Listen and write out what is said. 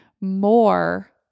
more